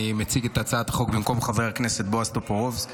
אני מציג את הצעת החוק במקום חבר הכנסת בועז טופורובסקי.